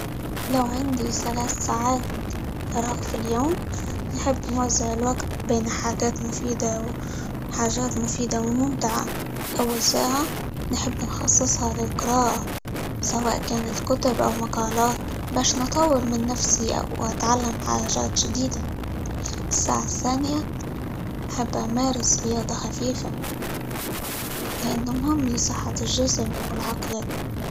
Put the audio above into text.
لو عندي ثلاث ساعات فراغ في اليوم نحب نوزع الوقت بين -حاجات مفيدة و- حاجات مفيدة، وممتعة، أول ساعة نحب نخصصها للقراءة سواء كانت كتب، أو مقالات؛ باش نطور من نفسي، أو أتعلم حاجات جديدة، الساعة الثانية أحب أمارس رياضة خفيفة؛ لإنه مهم لصحة الجسم، والعقل.